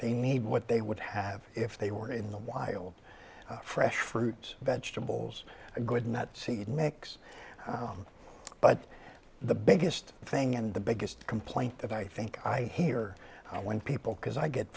they need what they would have if they were in the wild fresh fruits vegetables are good not seed mix but the biggest thing and the biggest complaint that i think i hear when people because i get